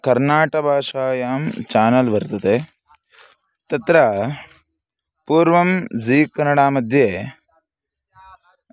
कर्नाटभाषायां channel वर्तते तत्र पूर्वं ज़ी कनडामध्ये